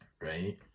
right